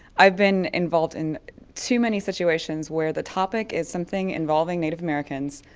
i've been involved in too many situations where the topic is something involving native americans,